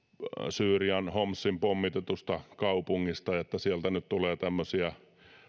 syyrian homsin pommitetusta kaupungista että sieltä tulee nyt